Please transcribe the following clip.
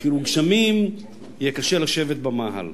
יתחילו גשמים ויהיה קשה לשבת במאהל.